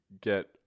get